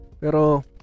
pero